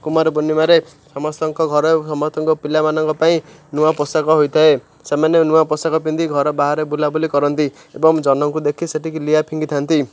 କୁମାର ପୂର୍ଣ୍ଣିମାରେ ସମସ୍ତଙ୍କ ଘରେ ସମସ୍ତଙ୍କ ପିଲାମାନଙ୍କ ପାଇଁ ନୂଆ ପୋଷାକ ହୋଇଥାଏ ସେମାନେ ନୂଆ ପୋଷାକ ପିନ୍ଧି ଘର ବାହାରେ ବୁଲାବୁଲି କରନ୍ତି ଏବଂ ଜହ୍ନକୁ ଦେଖି ସେଠିକି ଲିଆ ଫିଙ୍ଗି ଥାନ୍ତି